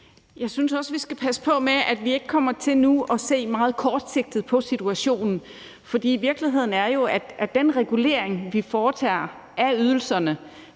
Jeg synes også, at vi skal passe på med at komme til at se meget kortsigtet på situationen. For virkeligheden er jo, at den regulering af ydelserne,